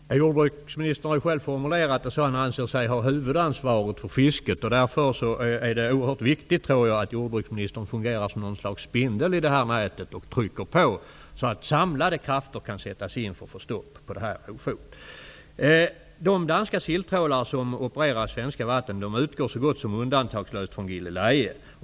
Herr talman! Jordbruksministern har själv formulerat det som att han anser sig ha huvudansvaret för fisket. Därför är det oerhört viktigt att jordbruksministern fungerar som något slags spindel i det här nätet och trycker på, så att samlade krafter kan sättas in för att få stopp på detta ofog. De danska silltrålare som opererar i svenska vatten utgår så gott som undantagslöst från Gilleleje.